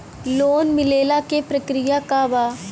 Loan मिलेला के प्रक्रिया का बा?